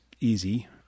easy